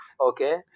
Okay